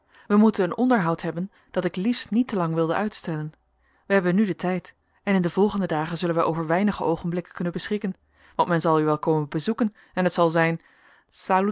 wij moeten een onderhoud hebben dat ik liefst niet te lang wilde uitstellen wij hebben nu den tijd en in de volgende dagen zullen wij over weinige oogenblikken kunnen beschikken want men zal u wel komen bezoeken en het zal zijn